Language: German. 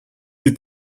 die